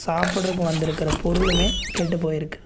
சாப்பிட்றக்கு வந்து இருக்கற பொருளுமே கெட்டுப்போயி இருக்கு